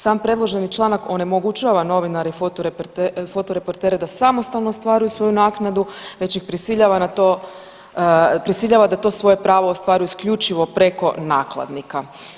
Sam predloženi članak onemogućava novinaru i fotoreportere da samostalno ostvaruju svoju naknadu već ih prisiljava na to, prisiljava da to svoje pravo ostvaruju isključivo preko nakladnika.